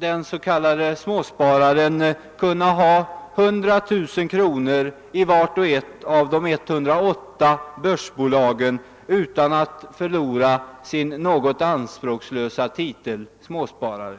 den s.k. småspararen kunna ha hundra tusen kronor i vart och ett av de 108 börsbolagen utan att förlora sin något anspråkslösa titel »småsparare«.